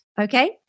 okay